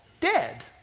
dead